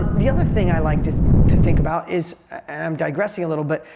the other thing i like to to think about is, i'm digressing a little but,